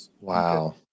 Wow